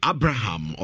Abraham